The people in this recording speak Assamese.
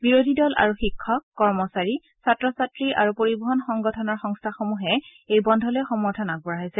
বিৰোধী দল আৰু শিক্ষক কৰ্মচাৰী ছাত্ৰ ছাত্ৰী আৰু পৰিবহন সংগঠনৰ সংস্থাসমূহে এই বন্ধলৈ সমৰ্থন আগবঢ়াইছে